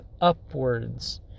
upwards